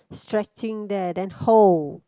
stretching there then hold